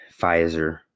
Pfizer